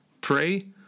pray